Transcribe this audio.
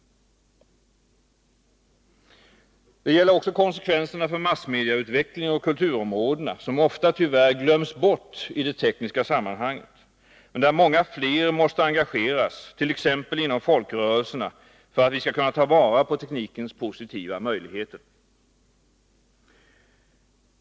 Det gäller också konsekvenserna för massmedieutvecklingen och kulturområdena, som tyvärr ofta glöms bort i det tekniska sammanhanget men där många fler måste engageras, t.ex. inom folkrörelserna, för att vi skall kunna ta vara på teknikens positiva möjligheter.